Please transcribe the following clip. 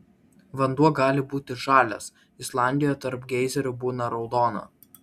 vanduo gali būti žalias islandijoje tarp geizerių būna raudono